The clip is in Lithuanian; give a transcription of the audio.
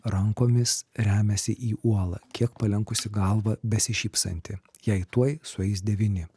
rankomis remiasi į uolą kiek palenkusi galvą besišypsanti jai tuoj sueis devyni